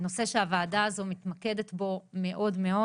נושא שהוועדה הזאת מתרכזת בו מאוד מאוד